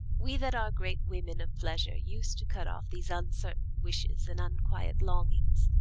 we that are great women of pleasure use to cut off these uncertain wishes and unquiet longings,